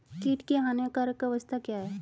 कीट की हानिकारक अवस्था क्या है?